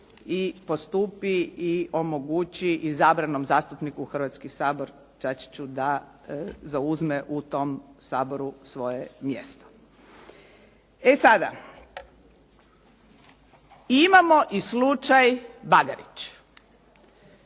i postupi i omogući izabranom zastupniku Hrvatski sabor Čačiću da zauzme u tom Saboru svoje mjesto. E sada, imamo i slučaj Bagarić.